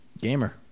Gamer